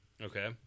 Okay